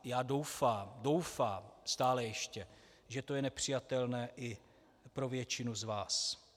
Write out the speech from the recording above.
A doufám doufám stále ještě že to je nepřijatelné i pro většinu z vás.